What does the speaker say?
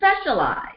specialize